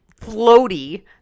floaty